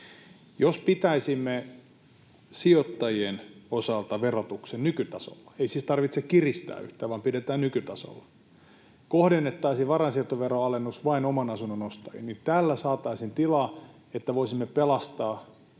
Jos pitäisimme sijoittajien osalta verotuksen nykytasolla — ei siis tarvitse kiristää yhtään, vaan pidetään nykytasolla — ja kohdennettaisiin varainsiirtoveron alennus vain oman asunnon ostajiin, niin tällä saataisiin tilaa, että voisimme pelastaa